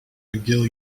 mcgill